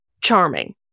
charming